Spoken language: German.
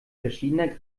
verschiedener